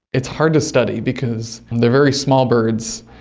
it's hard to study because they are very small birds,